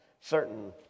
certain